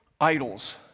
idols